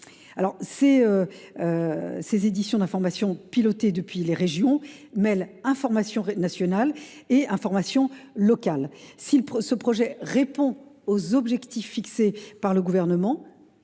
». Ces éditions d’informations, pilotées depuis les régions, mêlent informations nationales et informations locales. Si ce projet répond aux objectifs fixés par le Gouvernement,